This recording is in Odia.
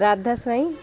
ରାଧା ସ୍ୱାଇଁ